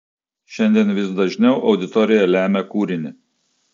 šiandien vis dažniau auditorija lemia kūrinį